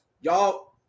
y'all